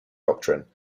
doctrine